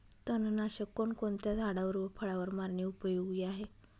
तणनाशक कोणकोणत्या झाडावर व फळावर मारणे उपयोगी आहे?